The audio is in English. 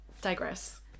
Digress